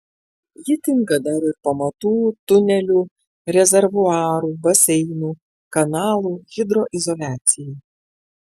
ji tinka dar ir pamatų tunelių rezervuarų baseinų kanalų hidroizoliacijai